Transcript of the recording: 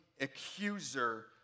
accuser